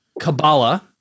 Kabbalah